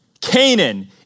Canaan